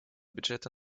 бюджета